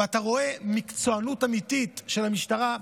ואתה רואה מקצוענות אמיתית של המשטרה,